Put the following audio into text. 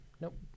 nope